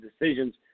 decisions